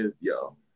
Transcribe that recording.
yo